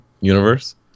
universe